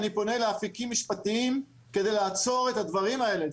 אני פונה לאפיקים משפטיים כדי לעצור את הדברים האלה.